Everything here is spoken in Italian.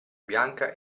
bianca